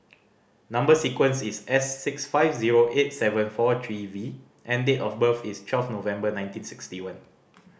number sequence is S six five zero eight seven four three V and date of birth is twelve November nineteen sixty one